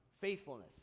faithfulness